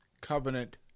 covenant